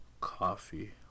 coffee